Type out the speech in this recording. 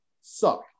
suck